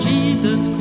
Jesus